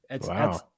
Wow